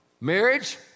marriage